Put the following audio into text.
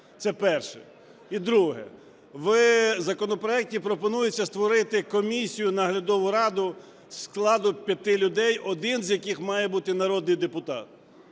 Це перше. І друге. В законопроекті пропонується створити комісію, наглядову раду в складі п'яти людей, один з яких має бути народний депутат.